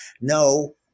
No